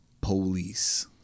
police